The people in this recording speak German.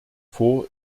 vor